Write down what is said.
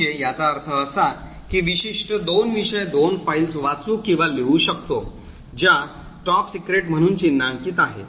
म्हणजे याचा अर्थ असा की विशिष्ट विषय दोन फाइल्स वाचू किंवा लिहू शकतो ज्या टॉप सीक्रेट म्हणून चिन्हांकित आहेत